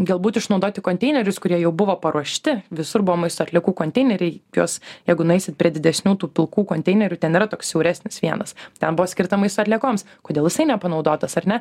galbūt išnaudoti konteinerius kurie jau buvo paruošti visur buvo maisto atliekų konteineriai juos jeigu nueisit prie didesnių tų pilkų konteinerių ten yra toks siauresnis vienas ten buvo skirta maisto atliekoms kodėl jisai nepanaudotas ar ne